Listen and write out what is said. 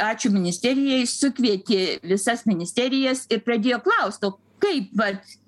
ačiū ministerijai sukvietė visas ministerijas ir pradėjo klaust o kaip vat